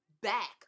back